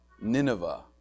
Nineveh